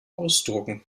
ausdrucken